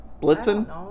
Blitzen